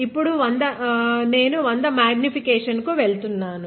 ఇప్పుడు 100 X నేను magnification కు వెళ్తున్నాను